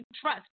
trust